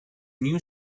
new